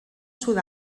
sud